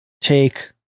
take